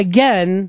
Again